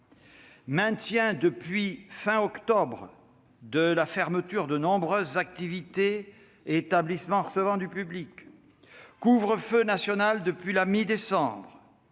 maintien depuis fin octobre de la fermeture de nombre d'activités et établissements recevant du public, couvre-feu national depuis la mi-décembre,